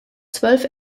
zwölf